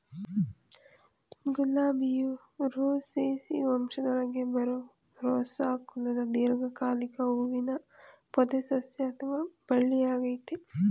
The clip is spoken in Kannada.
ಗುಲಾಬಿಯು ರೋಸೇಸಿ ವಂಶದೊಳಗೆ ಬರೋ ರೋಸಾ ಕುಲದ ದೀರ್ಘಕಾಲಿಕ ಹೂವಿನ ಪೊದೆಸಸ್ಯ ಅಥವಾ ಬಳ್ಳಿಯಾಗಯ್ತೆ